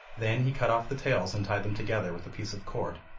then he cut off the tails and tied them together with a piece of cord,